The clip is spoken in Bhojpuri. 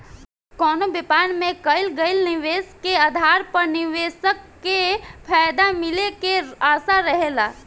कवनो व्यापार में कईल गईल निवेश के आधार पर निवेशक के फायदा मिले के आशा रहेला